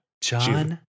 John